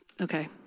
okay